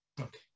Okay